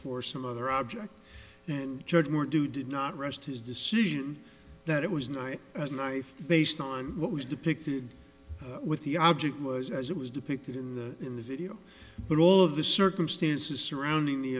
knife or some other object and judge moore do did not rest his decision that it was night at knife base time what was depicted with the object was as it was depicted in the in the video but all of the circumstances surrounding the